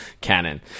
canon